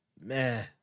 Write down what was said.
man